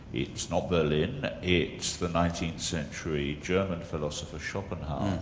it's not berlin, it's the nineteenth century german philosopher, schopenhauer.